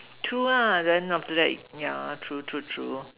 two ah then after that ya true true true